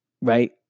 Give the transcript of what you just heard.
right